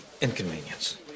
inconvenience